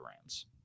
Rams